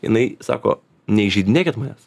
jinai sako neįžeidinėkit manęs